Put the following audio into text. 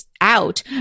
out